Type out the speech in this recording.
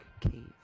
cave